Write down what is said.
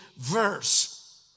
verse